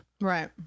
right